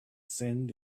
send